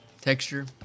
texture